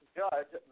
judge